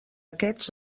aquests